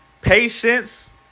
patience